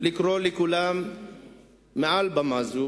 אני רוצה לקרוא לכולם מעל במה זו